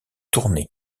tournai